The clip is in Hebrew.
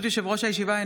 ברשות יושב-ראש הישיבה,